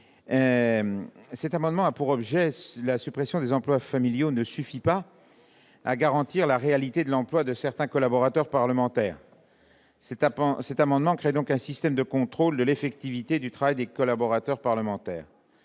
Jean-François Longeot. La suppression des emplois familiaux ne suffit pas à garantir la réalité de l'emploi de certains collaborateurs parlementaires. Le présent amendement tend donc à créer un système de contrôle de l'effectivité du travail des collaborateurs parlementaires.